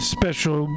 special